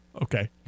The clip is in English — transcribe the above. Okay